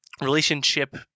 relationship